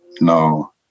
no